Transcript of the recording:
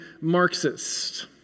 Marxist